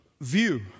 view